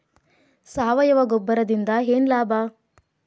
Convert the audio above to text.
ಸಾವಯವ ಗೊಬ್ಬರದಿಂದ ಏನ್ ಲಾಭ?